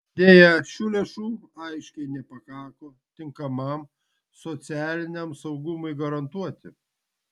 deja šių lėšų aiškiai nepakako tinkamam socialiniam saugumui garantuoti